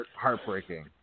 heartbreaking